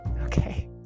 okay